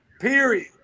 Period